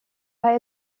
pas